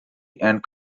and